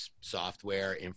software